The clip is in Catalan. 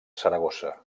saragossa